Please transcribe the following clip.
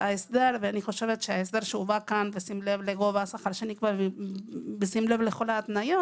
שההסדר שהובא כאן בשים לב לגובה השכר שנקבע ובשים לב לכל ההתניות